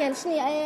כן, שנייה.